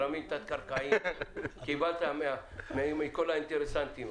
זרמים תת קרקעיים קיבלת מכל האינטרסנטים.